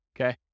okay